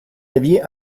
aviez